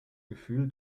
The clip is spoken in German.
gefühl